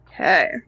Okay